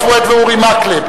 מציעה, מי בעד?